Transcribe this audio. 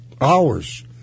hours